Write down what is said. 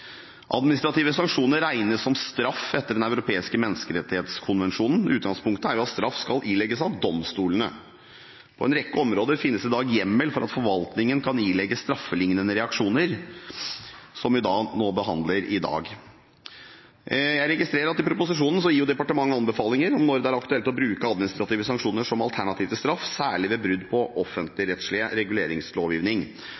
Administrative sanksjoner regnes som straff etter Den europeiske menneskerettskonvensjon. Utgangspunktet er at straff skal ilegges av domstolene. På en rekke områder finnes det i dag hjemmel for at forvaltningen kan ilegge straffelignende reaksjoner, som vi da behandler i dag. Jeg registrerer at i proposisjonen gir departementet anbefalinger om når det er aktuelt å bruke administrative sanksjoner som alternativ til straff, særlig ved brudd på